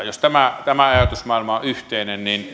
jos tämä tämä ajatusmaailma on yhteinen niin